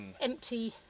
empty